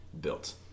built